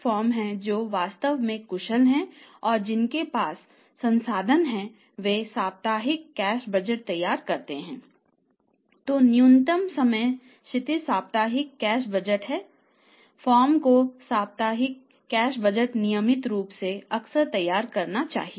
फर्मों को साप्ताहिक कैश बजट नियमित रूप से अक्सर तैयार करना चाहिए